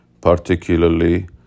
particularly